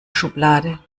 schublade